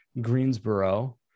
Greensboro